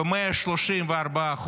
ב-134%,